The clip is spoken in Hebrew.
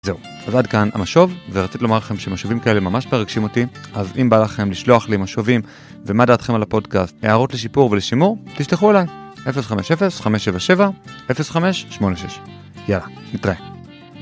זהו, אז עד כאן המשוב, ורציתי לומר לכם שמשובים כאלה ממש מרגשים אותי, אז אם בא לכם לשלוח לי משובים, ומה דעתכם על הפודקאסט, הערות לשיפור ולשימור, תשלחו אלי, 050-507-0586. יאללה, נתראה.